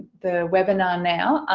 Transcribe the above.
the webinar now.